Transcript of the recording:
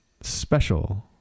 special